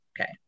Okay